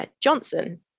Johnson